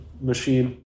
machine